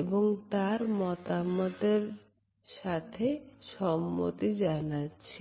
এবং তার মতামতের সাথে সম্মতি জানাচ্ছি